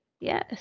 Yes